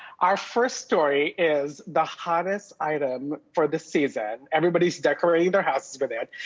our first story is the hottest item for the season. everybody's decorating their houses with it.